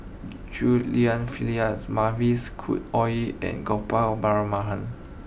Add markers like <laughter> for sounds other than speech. Chew Lian Phyllis Mavis Khoo Oei and Gopal <unintelligible>